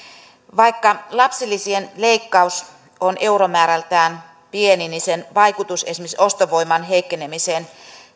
vaikka lapsilisien leikkaus on euromäärältään pieni niin sen vaikutus esimerkiksi ostovoiman heikkenemiseen